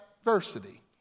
adversity